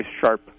sharp